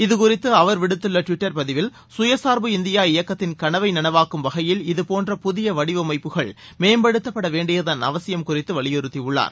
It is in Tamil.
இது குறித்து அவர் விடுத்துள்ள டுவிட்டர் பதிவில் கயசார்பு இந்தியா இயக்கத்தின் கனவை நளவாக்கும் வகையில் இதபோன்ற புதிய வடிவமைப்புகள் மேம்படுத்த வேண்டியதன் அவசியம் குறித்து வலிபுறுத்தி உள்ளார்